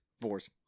Boars